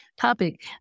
topic